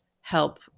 help